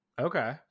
Okay